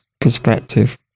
perspective